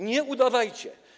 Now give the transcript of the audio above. Nie udawajcie.